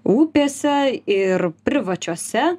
upėse ir privačiose